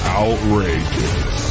outrageous